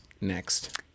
next